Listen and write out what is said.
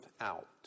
out